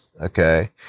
okay